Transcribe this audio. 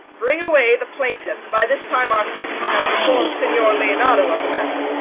bring away the plaintiffs by this time our sexton hath reformed signior leonato of the matter.